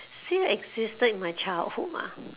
still existed in my childhood ah